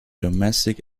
domestic